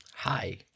Hi